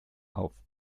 auf